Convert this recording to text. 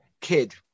kid